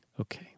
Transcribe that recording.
Okay